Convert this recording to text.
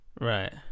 Right